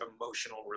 emotional